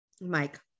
Mike